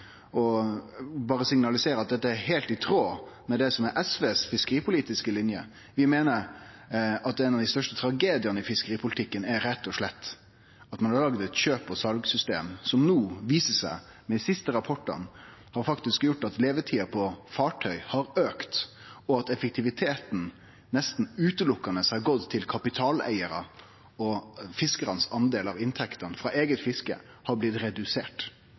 signalisere at dette er heilt i tråd med det som er SVs fiskeripolitiske linje. Vi meiner at ein av dei største tragediane i fiskeripolitikken rett og slett er at ein har laga eit kjøps- og salsystem som dei siste rapportane no viser at har auka levetida på fartøya, at effektiviteten nesten utelukkande har gått til kapitaleigarar, og fiskaranes del av inntektene frå eige fiske har blitt redusert.